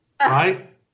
right